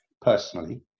personally